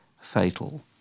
fatal